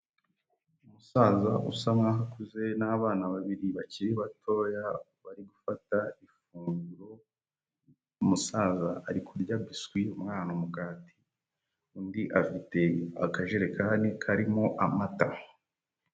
Umusaza usa nkaho akuze n'abana babiri bakiri batoya bari gufata ifunguro, umusaza ari kurya biswi umwana umugati. Undi afite akajerekani karimo amata.